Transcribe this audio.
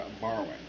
borrowing